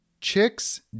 Chicks